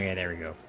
yeah their ego